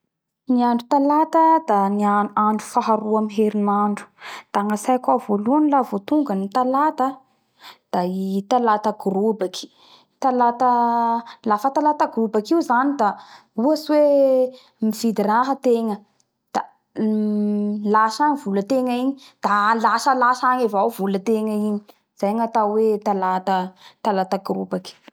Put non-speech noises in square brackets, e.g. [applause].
Gnandro talata da andro faharoa amy herinandro da gnatsaiko ao voalohany la vo tonga ny talata a da ny talata gorobaky talata lafa talata gorobaky io zany da ohatsy hoe mividy raha ategna da [hesitation] uhm da lasa lasa agny volategna igny da lasa lasa agny volategna igny da lasa lasa agny avao volategna i zay gnatao talata gorobaky